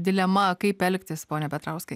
dilema kaip elgtis pone petrauskai